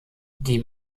die